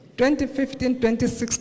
2015-2016